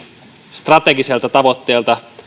strategiselta tavoitteelta